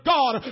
God